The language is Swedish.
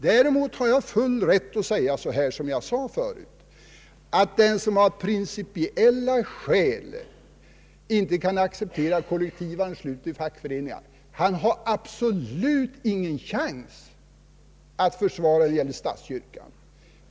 Däremot har jag full rätt att säga, vilket jag förut gjorde, att den som av principiella skäl inte kan acceptera kollektivanslutning till fackföreningar absolut inte har någon chans att försvara detta när det gäller statskyrkan.